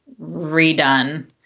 redone